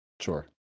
Sure